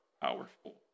powerful